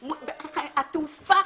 למה אני לא מסוגל להגיד שום דבר על תעופה?